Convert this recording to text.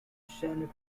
janet